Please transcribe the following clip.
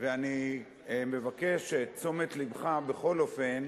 ואני מבקש את תשומת לבך בכל אופן,